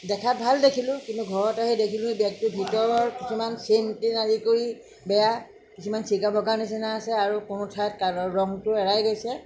দেখাত ভাল দেখিলোঁ কিন্তু ঘৰত আহি দেখিলোঁ বেগটোৰ ভিতৰৰ কিছুমান চেইন টেইন আদি কৰি বেয়া কিছুমান চিগা ভগা নিচিনা আছে আৰু কোনো ঠাইত কাণৰ ৰঙটো এৰাই গৈছে